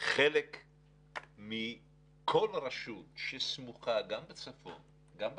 חלק מכל רשות שסמוכה, גם בצפון וגם בדרום,